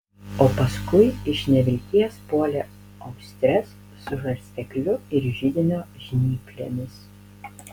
o paskui iš nevilties puolė austres su žarstekliu ir židinio žnyplėmis